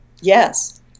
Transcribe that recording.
Yes